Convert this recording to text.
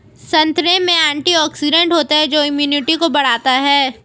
संतरे में एंटीऑक्सीडेंट होता है जो इम्यूनिटी को बढ़ाता है